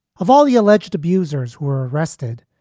of all the alleged abusers were arrested,